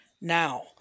Now